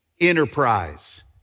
enterprise